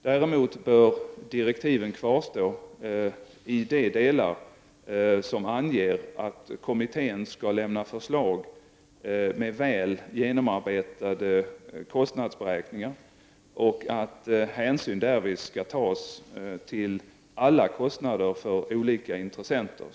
Däremot bör direktiven kvarstå i de delar som anger att kommittén skall lämna förslag med väl genomarbetade kostnadsberäkningar och att hänsyn därvid skall tas till alla kostnader för olika intressenter .